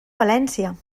valència